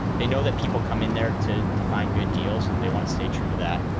they know that people come in there to to find good deals and they want to stay true to that.